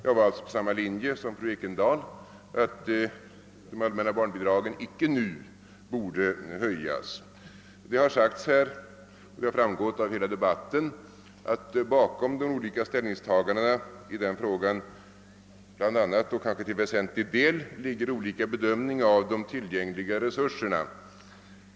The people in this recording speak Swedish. Jag var där på samma linje som fru Ekendahl, nämligen att det allmänna barnbidraget icke nu bör höjas. Såsom framgått av hela debatten om den saken har bakom de olika ställningstagandena till väsentlig del legat olika bedömningar av de tillgängliga resurserna.